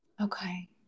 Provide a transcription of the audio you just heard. Okay